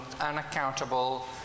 unaccountable